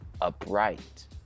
upright